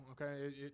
okay